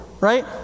right